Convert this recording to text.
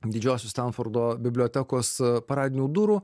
didžiosios stenfordo bibliotekos paradinių durų